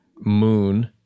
moon